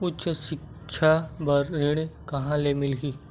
उच्च सिक्छा बर ऋण कहां ले मिलही?